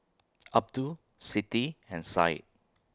Abdul Siti and Said